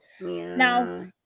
Now